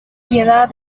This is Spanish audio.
piedad